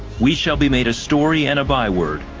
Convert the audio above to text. we shall be made a story and a by word.